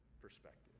perspective